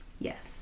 Yes